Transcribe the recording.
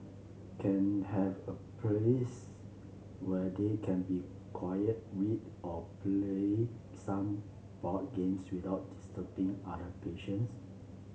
can have a place where they can be quiet read or play some board games without disturbing other patients